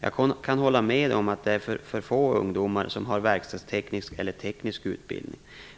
Jag kan hålla med om att det är för få ungdomar som har verkstadsteknisk eller teknisk utbildning.